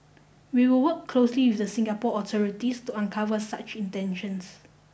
we will work closely with the Singapore authorities to uncover such intentions